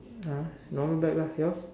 !huh! normal bag lah yours